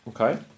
Okay